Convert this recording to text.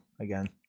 again